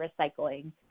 recycling